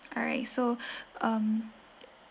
alright so um